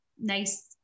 nice